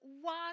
one